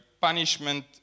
punishment